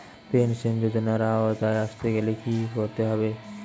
Pension যজোনার আওতায় আসতে গেলে কি করতে হবে?